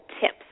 Tips